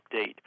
update